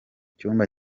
cyumba